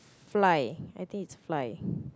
fly I think it's fly